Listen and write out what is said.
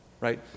Right